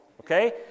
Okay